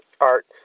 art